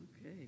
Okay